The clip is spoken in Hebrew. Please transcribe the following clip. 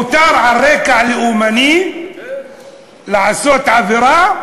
מותר על רקע לאומני לעשות עבירה,